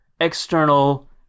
external